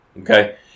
Okay